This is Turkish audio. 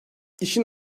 i̇şin